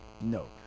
No